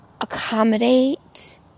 accommodate